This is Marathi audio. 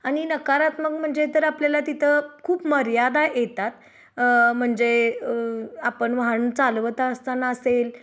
आणि नकारात्मक म्हणजे तर आपल्याला तिथं खूप मर्यादा येतात म्हणजे आपण वाहन चालवता असताना अससेल